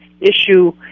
issue